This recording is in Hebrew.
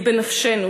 היא בנפשנו,